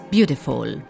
Beautiful